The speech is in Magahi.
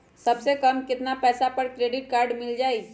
सबसे कम कतना पैसा पर क्रेडिट काड मिल जाई?